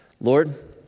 Lord